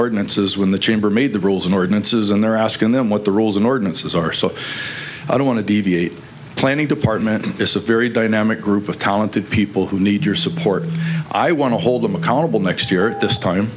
ordinances when the chamber made the rules and ordinances and they're asking them what the rules and ordinances are so i don't want to deviate planning department it's a very dynamic group of talented people who need your support i want to hold them accountable next year this time